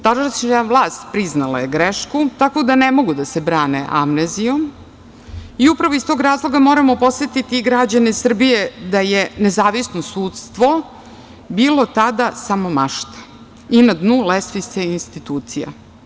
Tadašnja vlast priznala je grešku tako da ne mogu da se brane amnezijom i upravo iz tog razloga moramo podsetiti građane Srbije da je nezavisno sudstvo bilo tada samo mašta i na dnu lestvice institucija.